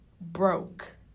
broke